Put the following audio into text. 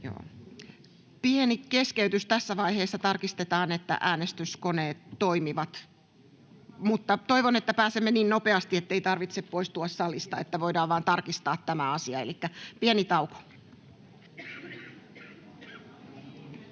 Pieni keskeytys tässä vaiheessa. Tarkistetaan, että äänestyskoneet toimivat. Toivon, että pääsemme niin nopeasti, että ei tarvitse poistua salista, että voidaan vain tarkistaa tämä asia. Elikkä pieni tauko.